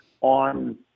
on